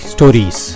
Stories